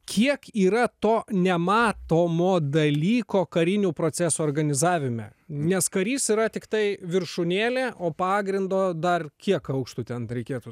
kiek yra to nematomo dalyko karinių procesų organizavime nes karys yra tiktai viršūnėlė o pagrindo dar kiek aukštų ten reikėtų